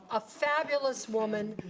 a fabulous woman,